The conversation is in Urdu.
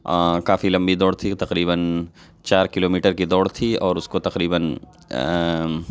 کافی لمبی دوڑ تھی تقریباً چار کلو میٹر کی دوڑ تھی اور اس کو تقریباً